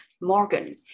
Morgan